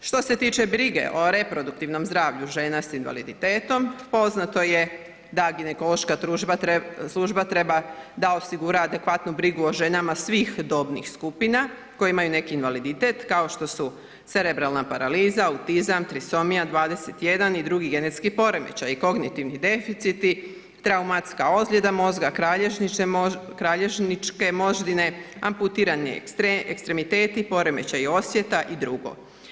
Što se tiče brige o reproduktivnom zdravlju žena s invaliditetom poznato je da ginekološka služba treba da osigura adekvatnu brigu o ženama svih dobnih skupina koje imaju neki invaliditet kao što su cerebralna paraliza, autizam, trisomija 21 i drugi genetski poremećaji i kognitivni deficiti, traumatska ozljeda mozga, kralježničke moždine, amputirani ekstremiteti, poremećaji osjeta i drugo.